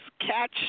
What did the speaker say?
catch